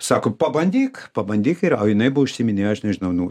sako pabandyk pabandyk ir o jinai buvo užsiiminėjo aš nežinau nu